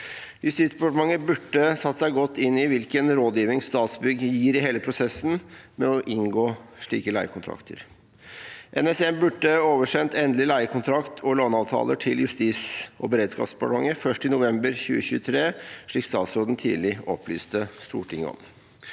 Justisdepartement burde satt seg godt inn i hvilken rådgivning Statsbygg gir i prosesser med å inngå slike leiekontrakter. – NSM burde oversendt endelig leiekontrakt og låneavtaler til Justis- og beredskapsdepartementet først i november 2023, slik statsråden tidlig opplyste Stortinget om.